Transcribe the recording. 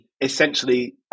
essentially